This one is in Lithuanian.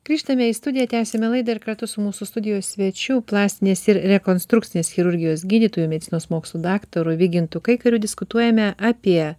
grįžtame į studiją tęsiame laidą ir kartu su mūsų studijos svečiu plastinės ir rekonstrukcinės chirurgijos gydytoju medicinos mokslų daktaru vygintu kaikariu diskutuojame apie